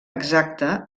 exacta